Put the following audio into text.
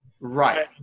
Right